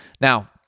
Now